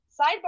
sidebar